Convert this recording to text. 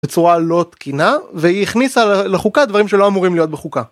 בצורה לא תקינה והיא הכניסה לחוקה, דברים שלא אמורים להיות בחוקה.